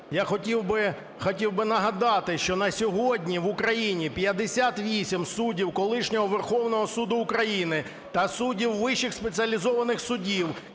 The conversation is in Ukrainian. я хотів би нагадати, що на сьогодні в Україні 58 суддів колишнього Верховного Суду України та суддів вищих спеціалізованих судів,